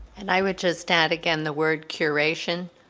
and i would just add again the word curation.